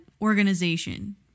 organization